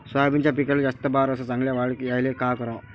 सोयाबीनच्या पिकाले जास्त बार अस चांगल्या वाढ यायले का कराव?